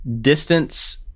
distance